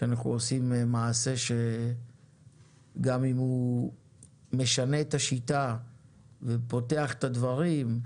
שאנחנו עושים מעשה שגם אם הוא משנה את השיטה ופותח את הדברים,